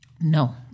No